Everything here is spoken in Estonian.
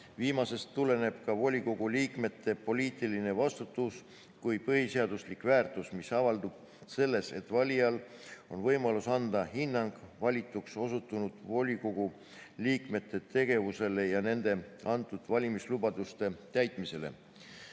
Viimasest tuleneb ka volikogu liikmete poliitiline vastutus kui põhiseaduslik väärtus, mis avaldub selles, et valijal on võimalus anda hinnang valituks osutunud volikogu liikmete tegevusele ja nende antud valimislubaduste täitmisele.